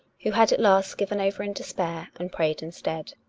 who had at last given over in despair, and prayed instead.